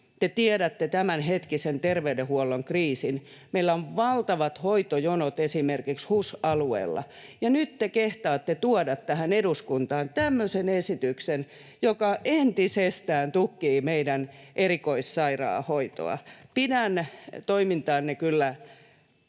tiedätte tämänhetkisen terveydenhuollon kriisin — meillä on valtavat hoitojonot esimerkiksi HUS-alueella — ja nyt te kehtaatte tuoda tähän eduskuntaan tämmöisen esityksen, joka entisestään tukkii meidän erikoissairaanhoitoa. Pidän toimintaanne kyllä